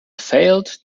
failed